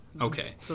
okay